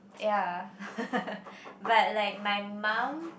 ya but like my mum